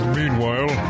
meanwhile